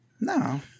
No